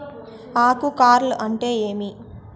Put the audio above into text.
ఆకు కార్ల్ అంటే ఏమి?